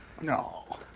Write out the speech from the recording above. No